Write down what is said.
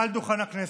מעל דוכן הכנסת,